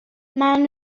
maen